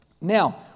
Now